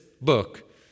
book